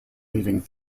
leaving